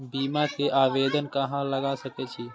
बीमा के आवेदन कहाँ लगा सके छी?